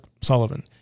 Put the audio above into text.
Sullivan